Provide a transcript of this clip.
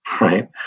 Right